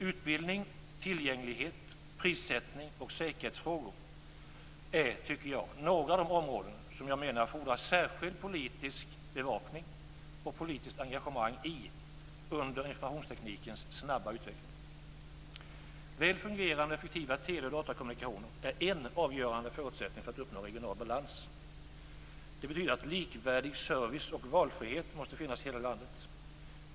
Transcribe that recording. Utbildning, tillgänglighet, prissättning och säkerhetsfrågor är några av de områden som jag menar fordrar särskild politisk bevakning och politiskt engagemang under informationsteknikens snabba utveckling. Väl fungerande och effektiva tele och datakommunikationer är en avgörande förutsättning för att regional balans skall kunna uppnås. Det betyder att likvärdig service och valfrihet måste finnas i hela landet.